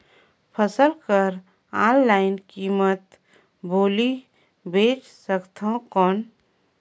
फसल कर ऑनलाइन कीमत बोली बेच सकथव कौन?